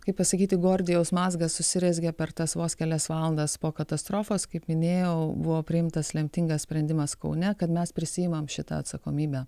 kaip pasakyti gordijaus mazgas susirezgė per tas vos kelias valandas po katastrofos kaip minėjau buvo priimtas lemtingas sprendimas kaune kad mes prisiimam šitą atsakomybę